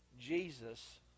Jesus